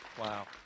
Wow